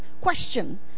question